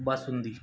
basundi